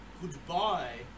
Goodbye